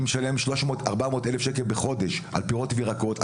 אני משלם 400 אלף שקל בחודש על פירות וירקות,